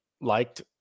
liked